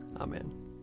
Amen